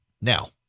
Now